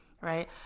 Right